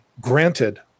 granted